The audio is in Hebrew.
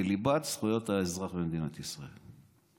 זכויות האזרח במדינת ישראל.